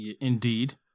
Indeed